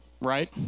Right